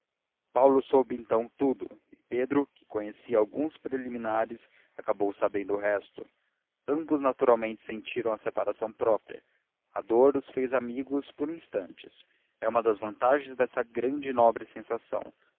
paulo soube então tudo e pedro que conhecia alguns preliminares acabou sabendo o resto ambos naturalmente sentiram a separação próxima a dor os fez amigos por instantes é uma das vantagens dessa grande e nobre sensação